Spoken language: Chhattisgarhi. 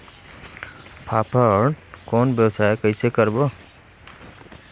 फाफण कौन व्यवसाय कइसे करबो?